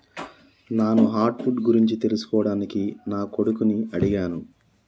నాను hardwood గురించి తెలుసుకోవడానికి నా కొడుకుని అడిగాను